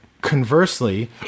Conversely